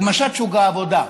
הגמשת שוק העבודה,